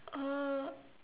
uh